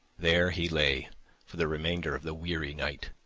there he lay for the remainder of the weary night,